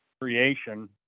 creation